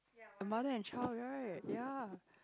a mother and child right ya